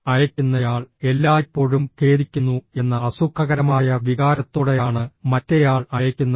അയയ്ക്കുന്നയാൾ എല്ലായ്പ്പോഴും ഖേദിക്കുന്നു എന്ന അസുഖകരമായ വികാരത്തോടെയാണ് മറ്റേയാൾ അയയ്ക്കുന്നത്